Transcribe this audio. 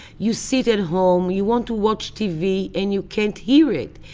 you sit at home, you want to watch tv and you can't hear it.